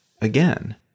again